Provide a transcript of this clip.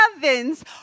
heavens